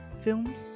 films